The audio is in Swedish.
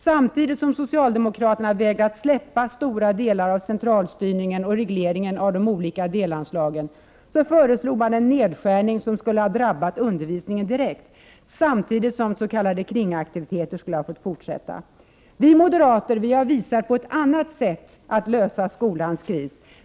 Samtidigt som socialdemokraterna vägrar släppa stora delar av centralstyrningen och regleringen av de olika delanslagen, föreslog man en nedskärning som skulle ha drabbat undervisningen direkt, samtidigt som s.k. kringaktiviteter skulle ha fått fortsätta. Vi moderater har visat på ett annat sätt att lösa skolans kris.